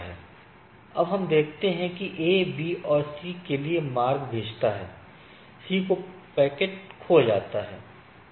अब हम देखते हैं कि A B और C के लिए मार्ग भेजता है C को पैकेट खो जाता है